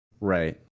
Right